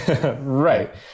Right